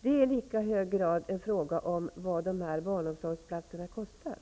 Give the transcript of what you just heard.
Det är i lika hög grad en fråga om vad dessa barnomsorgsplatser kostar.